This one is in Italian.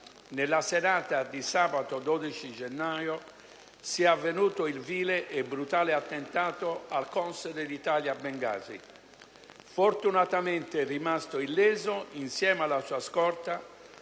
nella serata di sabato 12 gennaio è avvenuto il vile e brutale attentato al console d'Italia a Bengasi, fortunatamente rimasto illeso insieme alla sua scorta,